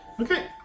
Okay